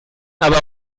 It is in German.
aber